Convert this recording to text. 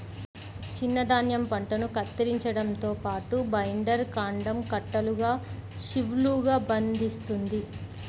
చిన్న ధాన్యం పంటను కత్తిరించడంతో పాటు, బైండర్ కాండం కట్టలుగా షీవ్లుగా బంధిస్తుంది